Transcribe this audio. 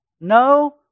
No